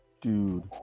dude